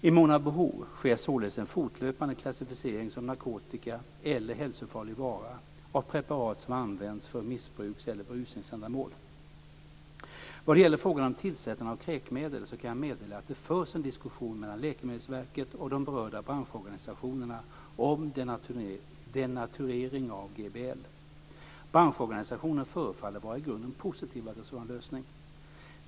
I mån av behov sker således en fortlöpande klassificering som narkotika eller hälsofarlig vara av preparat som används för missbruks eller berusningsändamål. Vad gäller frågan om tillsättande av kräkmedel kan jag meddela att det förs diskussioner mellan Läkemedelsverket och de berörda branschorganisationerna om denaturering av GBL. Branschorganisationerna förefaller vara i grunden positiva till en sådan lösning.